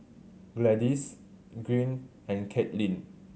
Gladis Greene and Caitlynn